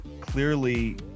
clearly